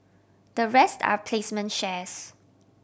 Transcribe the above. the rest are placement shares